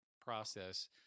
process